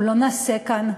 אנחנו לא נעשה כאן,